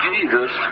Jesus